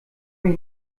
mich